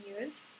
use